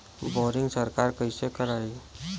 Boring सरकार कईसे करायी?